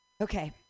Okay